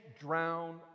drown